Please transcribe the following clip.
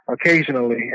occasionally